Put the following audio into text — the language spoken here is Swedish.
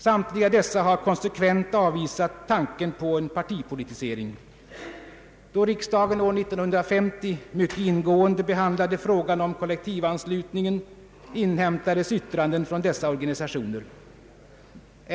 Samtliga dessa har konsekvent avvisat tanken på en partipolitisering. Då riksdagen år 1950 mycket ingående behandlade frågan om kollektivanslutning, inhämtades yttranden från dessa organisationer.